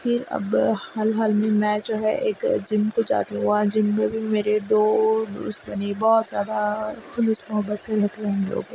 پھر اب حال حال میں میں جو ہے ایک جم کو جاتی ہوں وہاں جم میں بھی میرے دو دوست بنے بہت زیادہ خلوص محبت سے رہتے ہیں ہم لوگ